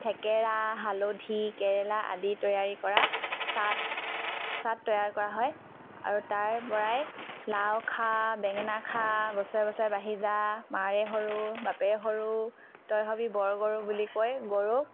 থেকেৰা হালধি কেৰেলা আদি তৈয়াৰি কৰা চাট চাট তৈয়াৰ কৰা হয় আৰু তাৰ পৰাই লাও খা বেঙেনা খা বছৰে বছৰে বাঢ়ি যা মাৰে সৰু বাপেৰে সৰু তই হবি বৰ গৰু বুলি কৈ গৰুক